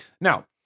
Now